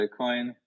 Bitcoin